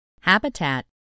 Habitat